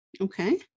okay